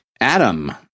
adam